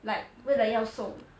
like 为了要瘦